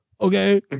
Okay